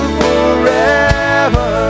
forever